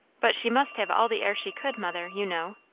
but she must have all the air she could, mother, you know.